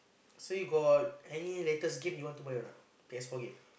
so you got any letters gift you want to buy not case I forget